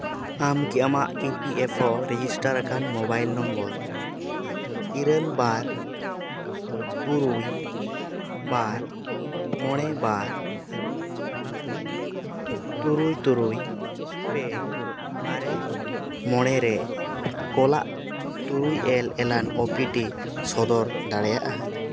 ᱟᱢ ᱠᱤ ᱟᱢᱟᱜ E P F O register ᱟᱠᱟᱱ ᱢᱳᱵᱟᱭᱤᱞ ᱱᱚᱢᱵᱚᱨ ᱤᱨᱟᱹᱞ ᱵᱟᱨ ᱛᱩᱨᱩᱭ ᱵᱟᱨ ᱢᱚᱬᱮ ᱵᱟᱨ ᱛᱩᱨᱩᱭ ᱛᱩᱨᱩᱭ ᱯᱮ ᱟᱨᱮ ᱢᱚᱬᱮ ᱨᱮ ᱠᱚᱞᱟ ᱛᱩᱨᱩᱭ ᱮᱞ ᱮᱞᱟᱱ ᱳ ᱯᱤ ᱴᱤ ᱥᱚᱫᱚᱨ ᱫᱟᱲᱮᱭᱟᱜᱼᱟ